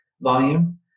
volume